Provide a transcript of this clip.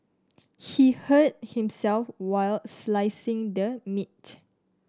he hurt himself while slicing the meat